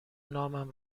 نامم